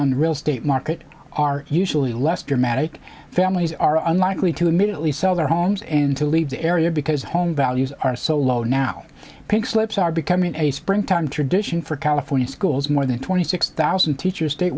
the real estate market are usually less dramatic families are unlikely to immediately sell their homes and to leave the area because home values are so low now pink slips are becoming a springtime tradition for california schools more than twenty six thousand teachers state